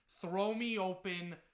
throw-me-open